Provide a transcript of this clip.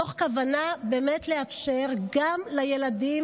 מתוך כוונה לאפשר גם לילדים,